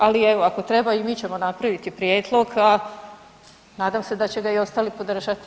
Ali evo, ako treba i mi ćemo napraviti prijedlog a nadam se da će ga i ostali podržati.